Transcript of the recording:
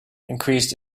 increased